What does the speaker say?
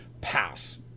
pass